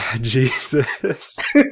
Jesus